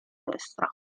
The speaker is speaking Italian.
destra